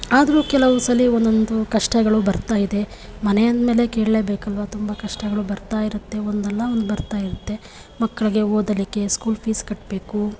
ಆದರೂ ಕೆಲವು ಸಲ ಒನ್ನೊಂದು ಕಷ್ಟಗಳು ಬರ್ತಾಯಿದೆ ಮನೆ ಅಂದಮೇಲೆ ಕೇಳಲೇ ಬೇಕಲ್ವಾ ತುಂಬ ಕಷ್ಟಗಳು ಬರ್ತಾಯಿರುತ್ತೆ ಒಂದಲ್ಲಾ ಒಂದು ಬರ್ತಾಯಿರುತ್ತೆ ಮಕ್ಕಳಿಗೆ ಓದಲಿಕ್ಕೆ ಸ್ಕೂಲ್ ಫೀಸ್ ಕಟ್ಟಬೇಕು